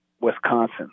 Wisconsin